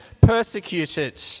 persecuted